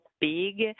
big